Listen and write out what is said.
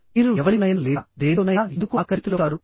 మీరు ఎవరితోనైనా లేదా దేనితోనైనా ఎందుకు ఆకర్షితులవుతారు